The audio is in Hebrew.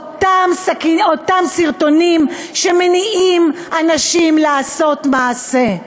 אותם סרטונים שמניעים אנשים לעשות מעשה,